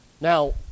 now